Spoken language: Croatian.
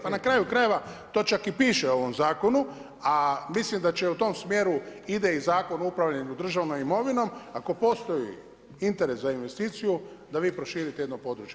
Pa na kraju krajeva, to čak i piše u ovom Zakonu, a mislim da u tom smjeru ide i zakon o upravljanju državnom imovinom, ako postoji interes za investiciju da vi proširite jedno područje.